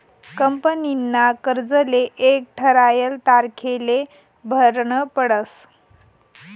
कंपनीना कर्जले एक ठरायल तारीखले भरनं पडस